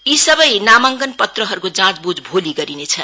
यी सबै नामाकन पत्रहरूको जाँचबुझ भोलि गरिनेछ